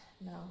No